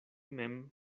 mem